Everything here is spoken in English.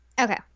okay